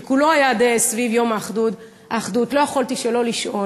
שכולו היה סביב יום האחדות, לא יכולתי שלא לשאול: